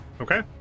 Okay